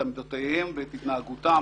את עמדותיהם ואת התנהגותם